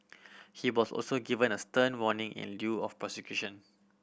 he was also given a stern warning in lieu of prosecution